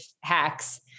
hacks